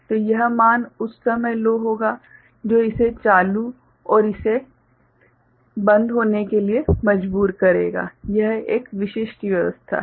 तो यह मान उस समय लो होगा जो इसे चालू और इसे बंद होने के लिए मजबूर करेगा यह एक विशिष्ट व्यवस्था है